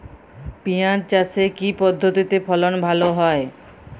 পিঁয়াজ চাষে কি পদ্ধতিতে ফলন ভালো হয়?